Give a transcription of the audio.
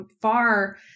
far